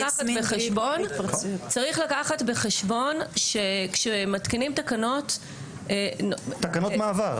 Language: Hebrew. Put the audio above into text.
צריך לקחת בחשבון שכשמתקינים תקנות --- תקנות מעבר.